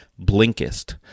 Blinkist